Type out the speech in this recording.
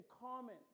common